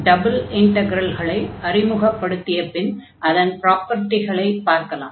double இன்டக்ரல்களை அறிமுகப்படுத்திய பின் அதன் ப்ராப்பர்டிகளை பார்க்கலாம்